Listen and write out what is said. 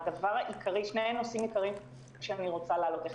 שני נושאים עיקריים שאני רוצה להעלות.